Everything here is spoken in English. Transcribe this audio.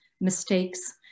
mistakes